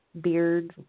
beard